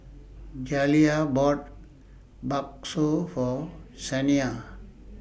Jaliyah bought Bakso For Saniyah